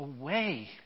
away